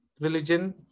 religion